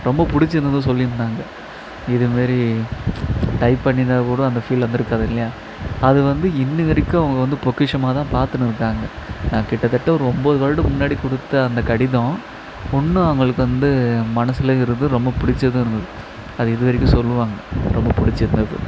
ரொம்ப பிடிச்சுருந்துது சொல்லி இருந்தாங்க இதுமாரி டைப் பண்ணிருந்தாக்கூடம் அந்த ஃபீல் வந்துருக்காது இல்லையா அது வந்து இன்னவரைக்கும் அவங்க வந்து பொக்கிஷமாகதான் பார்த்துனுருக்காங்க நான் கிட்டத்தட்ட ஒரு ஒன்பது வருடம் முன்னாடி கொடுத்த அந்த கடிதம் இன்னோம் அவங்களுக்கு வந்து மனசுலையும் இருந்துது ரொம்ப பிடிச்சதும் இருந்துது அது இதுவரைக்கு சொல்லுவாங்க ரொம்ப பிடிச்சிருந்தது